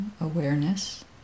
awareness